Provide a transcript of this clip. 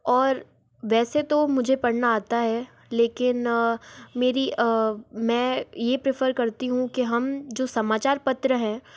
और वैसे तो मुझे पढ़ना आता है लेकिन मेरी मैं ये प्रेफर करती हूँ कि हम जो समाचार पत्र हैं